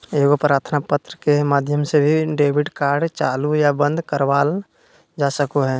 एगो प्रार्थना पत्र के माध्यम से भी डेबिट कार्ड चालू या बंद करवावल जा सको हय